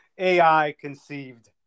AI-conceived